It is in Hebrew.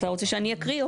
אתה רוצה שאני אקריא?